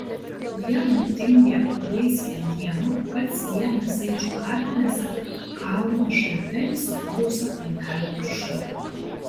vieną tingią vaiskią dieną pats vienas sėdžiu kapinėse kalno šlaite įsikūrusio kaimelio viršuje